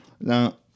Now